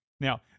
Now